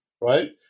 right